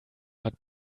hat